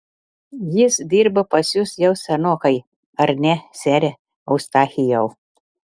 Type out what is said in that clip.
jis dirba pas jus jau senokai ar ne sere eustachijau